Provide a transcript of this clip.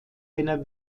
einer